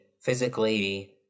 physically